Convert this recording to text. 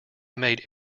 made